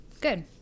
Good